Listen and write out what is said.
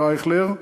מר אייכלר.